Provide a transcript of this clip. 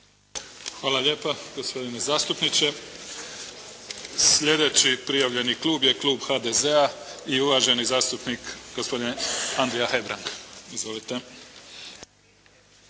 Hvala lijepa gospodine zastupniče. Sljedeći prijavljeni Klub je Klub HDZ-a i uvaženi zastupnik gospodin Andrija Hebrang.